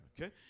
Okay